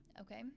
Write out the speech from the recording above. Okay